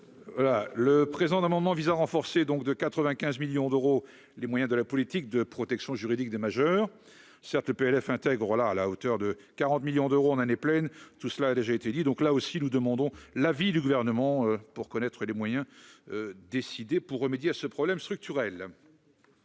voilà le présent d'amendement vise à renforcer donc de 95 millions d'euros, les moyens de la politique de protection juridique des majeurs, certes le PLF intègre la à la hauteur de 40 millions d'euros en année pleine, tout cela a déjà été dit donc là aussi nous demandons l'avis du gouvernement pour connaître les moyens décidé pour remédier à ce problème structurel.